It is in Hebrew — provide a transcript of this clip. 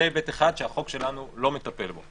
זה היבט אחד שהחוק שלנו לא מטפל בו.